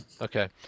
okay